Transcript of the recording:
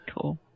Cool